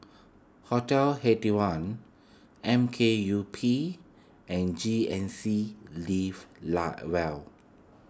Hotel Eighty One M K U P and G N C live lie well